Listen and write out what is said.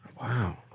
Wow